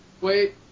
Wait